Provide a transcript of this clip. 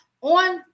on